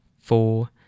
four